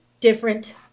different